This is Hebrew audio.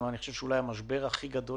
אני חושב שאולי המשבר הכלכלי הכי גדול